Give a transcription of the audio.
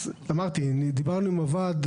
דיברנו עם הוועד.